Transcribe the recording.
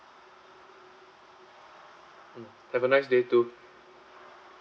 mm have a nice day too